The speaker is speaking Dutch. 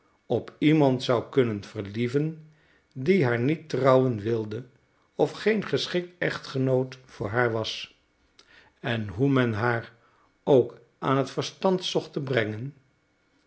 op iemand zou kunnen verlieven die haar niet trouwen wilde of geen geschikt echtgenoot voor haar was en hoe men haar ook aan het verstand zocht te brengen